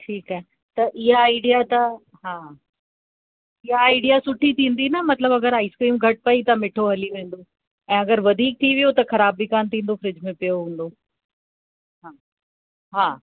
ठीकु आहे त इहा आइडिया त हा इहा आइडिया सुठी थींदी न मतलबु आइस्क्रीम घटि पेई त मिठो हली वेंदो ऐं वधीक थी वियो त ख़राबु ब कान थींदो फ़्रिज में पियो हूंदो हा हा